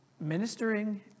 ministering